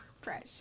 Fresh